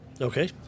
okay